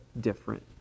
different